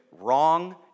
wrong